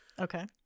Okay